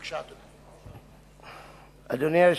בבקשה, אדוני.